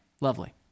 lovely